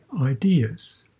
ideas